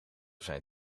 zijn